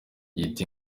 yita